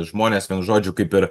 žmonės vienu žodžiu kaip ir